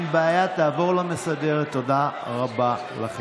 כשהמילה "ציונים" משמשת אותם בתור שם קוד